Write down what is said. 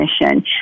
mission